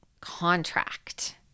contract